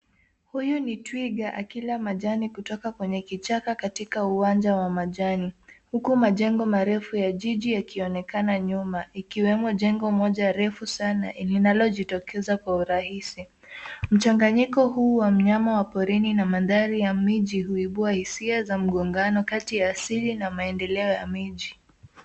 Huyu ni twiga akila majani kutoka kwenye kichaka katika uwanja wa majani, huku majengo marefu ya jiji yakionekana nyuma, ikiwemo jengo moja refu sana linalojitokeza kwa urahisi. Mchanganyiko huu wa mnyama wa porini na mandhari ya miji huibua hisia pia za mgongano kati ya asili na maendeleo ya miji.